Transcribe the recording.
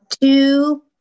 two